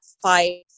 fight